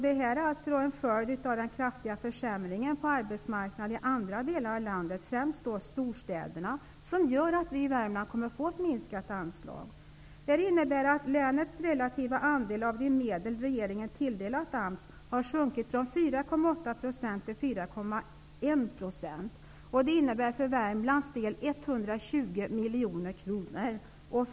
Det är en följd av den kraftiga försämringen på arbetsmarknaden i andra delar av landet, främst i storstäderna. Det gör att vi i Värmland kommmer att få minskade anslag. Det innebär att länets relativa andel av de medel regeringen tilldelat AMS har sjunkit från 4,8 % till 4,1 %., dvs. 120 miljoner kronor för Värmlands del.